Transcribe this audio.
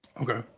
Okay